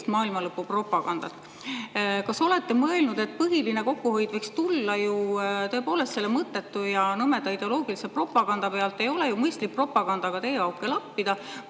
maailmalõpu propagandat. Kas te olete mõelnud, et põhiline kokkuhoid võiks tulla tõepoolest selle mõttetu ja nõmeda ideoloogilise propaganda pealt? Ei ole ju mõistlik propagandaga teeauke lappida.